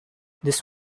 this